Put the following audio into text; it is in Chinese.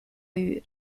遭遇